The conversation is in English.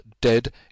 dead